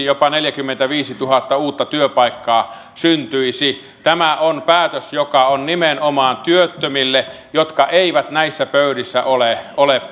jopa neljäkymmentäviisituhatta uutta työpaikkaa syntyisivät tämä on päätös joka on nimenomaan työttömille jotka eivät näissä pöydissä ole ole